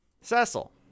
Cecil